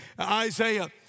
Isaiah